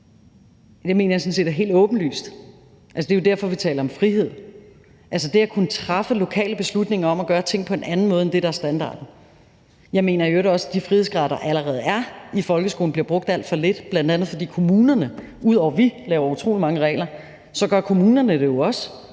set er helt åbenlyst. Det er jo derfor, vi taler om frihed, altså det at kunne træffe lokale beslutninger om at gøre tingene på en anden måde end det, der er standarden. Jeg mener i øvrigt også, at de frihedsgrader, der allerede er i folkeskolen, bliver brugt alt for lidt, bl.a. fordi kommunerne, ud over at vi laver utrolig mange regler, jo også gør det, og